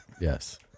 Yes